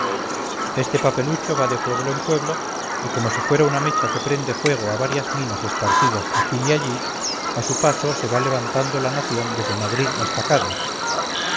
este papelucho va de pueblo en pueblo y como si fuera una mecha que prende fuego a varias minas esparcidas aquí y allí a su paso se va levantando la nación desde madrid hasta cádiz